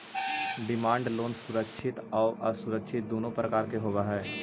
demand loan सुरक्षित आउ असुरक्षित दुनों प्रकार के होवऽ हइ